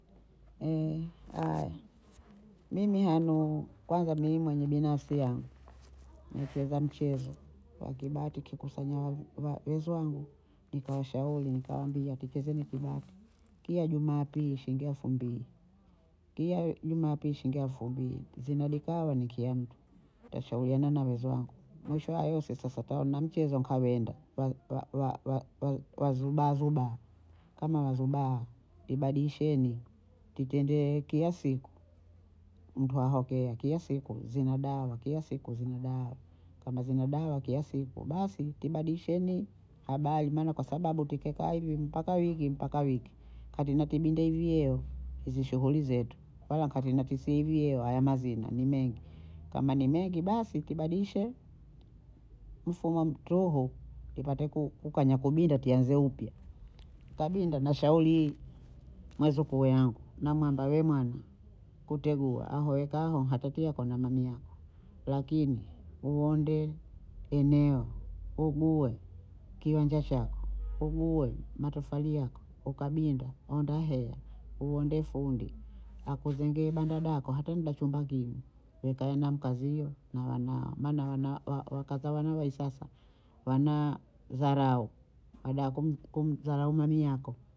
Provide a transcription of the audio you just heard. haya mimi hanu, kwanza mimi mwenye binafsi yangu nicheza mchezo wa kibati kikusanyavyo wa- weziwangu nkawashauri nikawaambia tucheze mkibati kiya jumapili shiyingi efu mbili kiya jumapiyi shiyingi efu mbili zinadikaho ni kiya mtu utashauriana na weziwangu mwisho wa yose sasa twaona mchezo nkawenda wa- wa- wa- wa- wazubaha zubaha, kama wazubaha ibadiyisheni titende kiya siku mtu ahokee kiwa siku zina dawa kiya siku zina dawa, kama zina dawa kiya siku basi tibadiyisheni habayi maana kwa sababu tukieka hivi mpaka wiki mpaka wiki, kati nakibinda hivi yeo hizi shughuli zetu, nkawa kati nakisivyee hawa mazina ni mengi kama ni mengi basi tibadiyishe mfumo ntuhu tipate ku- kukanya kibinda tianze upya, tikabinda nashauri mwezukuu wangu namwamba we mwana kutegulwa awe kaho atati yako na mami yako lakini uonde eneo ugue kiwanja chako, ugue matofali yako, kukabinda aonda heya uonde fundi akuzengee banda dako hata nyumba chumba mbiyi ukae na mkazio na wanao maana wana wa- wa- wakaza wanu wa isasa wanaa dharau wadaha kum- kumdharau mami yako